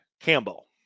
Campbell